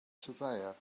surveyor